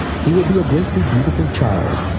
he will be a greatly beautiful child.